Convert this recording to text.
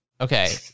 Okay